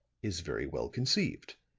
is very well conceived.